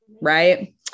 right